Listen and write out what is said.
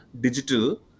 digital